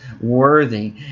worthy